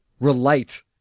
relate